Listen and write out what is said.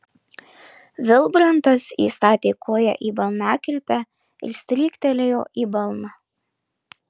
vilbrantas įstatė koją į balnakilpę ir stryktelėjo į balną